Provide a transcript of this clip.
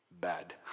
Bad